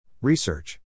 Research